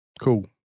Cool